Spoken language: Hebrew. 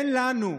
אין לנו,